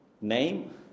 name